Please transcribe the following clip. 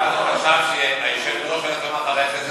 נאזם חשב שהיושבת-ראש לא,